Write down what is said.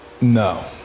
No